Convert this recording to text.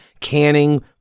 canning